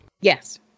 yes